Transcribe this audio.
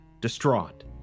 distraught